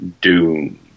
Doom